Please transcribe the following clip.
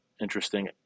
interesting